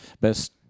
best